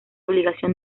obligación